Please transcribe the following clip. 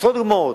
עשרות דוגמאות,